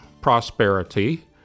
prosperity